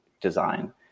design